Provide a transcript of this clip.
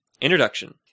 Introduction